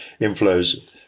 inflows